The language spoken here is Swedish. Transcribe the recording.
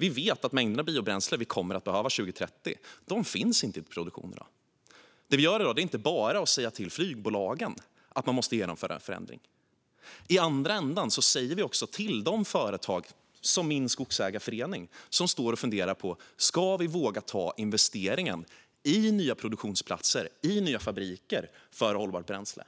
Vi vet att de mängder biobränsle som vi kommer att behöva 2030 inte finns i produktion i dag. Det vi gör i dag är därför inte bara att säga till flygbolagen att man måste genomföra en förändring. I andra ändan säger vi också till de företag, som min skogsägarförening, som står och funderar på om de ska våga ta investeringen i nya produktionsplatser och i nya fabriker för hållbart bränsle